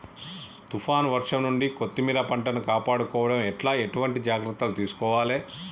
తుఫాన్ వర్షం నుండి కొత్తిమీర పంటను కాపాడుకోవడం ఎట్ల ఎటువంటి జాగ్రత్తలు తీసుకోవాలే?